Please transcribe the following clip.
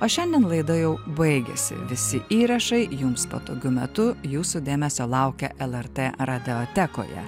o šiandien laida jau baigiasi visi įrašai jums patogiu metu jūsų dėmesio laukia lrt radiotekoje